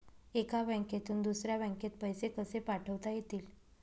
एका बँकेतून दुसऱ्या बँकेत पैसे कसे पाठवता येतील?